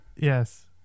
Yes